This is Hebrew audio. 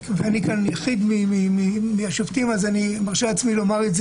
אני יחיד מהשופטים, אז אני מרשה לעצמי לומר,